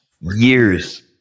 Years